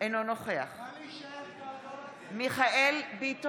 אינו נוכח מיכאל מרדכי ביטון,